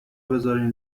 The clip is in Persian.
بذارین